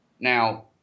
Now